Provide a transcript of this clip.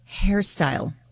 hairstyle